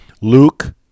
luke